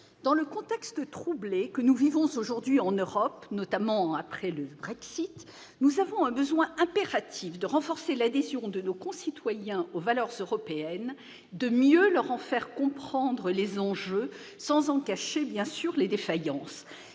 dans le contexte troublé que nous vivons aujourd'hui en Europe, notamment après le Brexit, nous avons un besoin impératif de renforcer l'adhésion de nos concitoyens aux valeurs européennes, de mieux leur en faire comprendre les enjeux, sans en cacher, bien sûr, les défaillances.